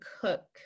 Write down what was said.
cook